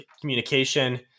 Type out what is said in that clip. communication